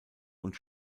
und